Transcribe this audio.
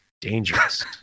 Dangerous